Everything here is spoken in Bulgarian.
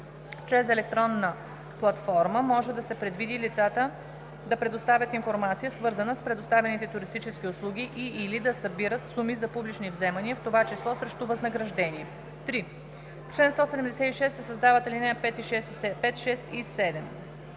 чрез електронна платформа, може да се предвиди лицата да предоставят информация, свързана с предоставените туристически услуги и/или да събират суми за публични вземания, в това число срещу възнаграждение.“ 3. В чл. 176 се създават ал. 5, 6 и 7: